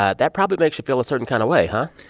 ah that probably makes you feel a certain kind of way, huh?